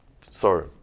Sorry